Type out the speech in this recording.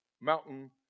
mountain